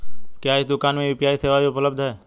क्या इस दूकान में यू.पी.आई सेवा भी उपलब्ध है?